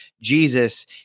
Jesus